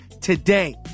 today